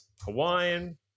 Hawaiian